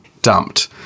Dumped